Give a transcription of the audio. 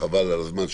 וחבל על הזמן,